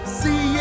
see